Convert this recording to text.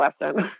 lesson